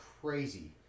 crazy